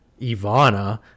Ivana